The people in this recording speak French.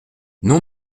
non